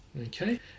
Okay